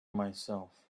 myself